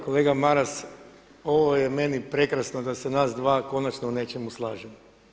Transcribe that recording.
Kolega Maras, ovo je meni prekrasno da se nas dva konačno u nečemu slažemo.